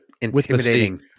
intimidating